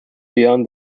beyond